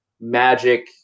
magic